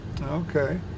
Okay